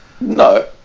No